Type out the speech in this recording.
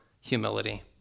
humility